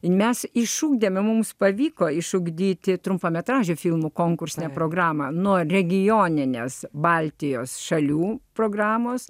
ir mes išugdėme mums pavyko išugdyti trumpametražių filmų konkursinę programą nuo regionines baltijos šalių programos